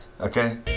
okay